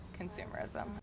consumerism